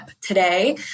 today